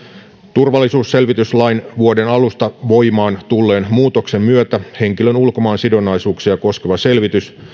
turvallisuusselvityslain vuoden alusta voimaan tulleen muutoksen myötä henkilön ulkomaansidonnaisuuksia koskeva selvitys